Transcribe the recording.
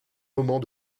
moment